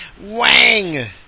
Wang